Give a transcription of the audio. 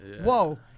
whoa